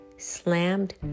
slammed